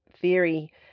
theory